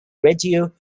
reggio